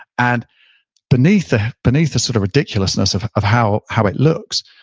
and beneath ah beneath the sort of ridiculousness of of how how it looks,